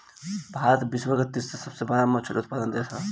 भारत विश्व के तीसरा सबसे बड़ मछली उत्पादक देश ह